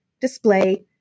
display